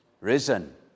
Risen